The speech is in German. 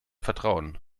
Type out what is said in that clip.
vertrauen